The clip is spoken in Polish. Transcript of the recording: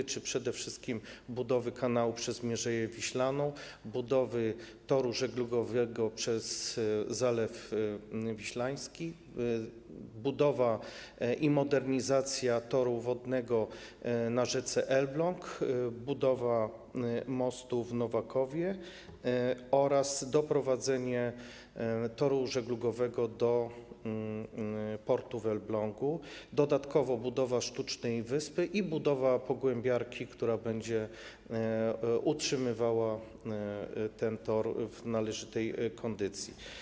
Obejmuje on przede wszystkim budowę kanału przez Mierzeję Wiślaną, budowę toru żeglugowego przez Zalew Wiślany, budowę i modernizację toru wodnego na rzece Elbląg, budowę mostu w Nowakowie oraz doprowadzenie toru żeglugowego do portu w Elblągu, a dodatkowo będzie budowa sztucznej wyspy i budowa pogłębiarki, która będzie utrzymywała ten tor w należytej kondycji.